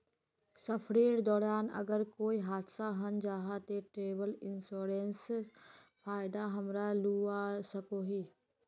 सफरेर दौरान अगर कोए हादसा हन जाहा ते ट्रेवल इन्सुरेंसर फायदा हमरा लुआ सकोही